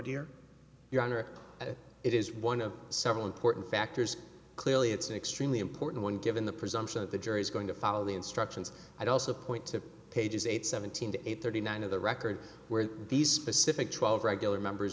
dear your honor that it is one of several important factors clearly it's an extremely important one given the presumption that the jury is going to follow the instructions i'd also point to pages eight seventeen to eight thirty nine of the record where these specific twelve regular members